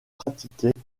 pratiquait